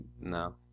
no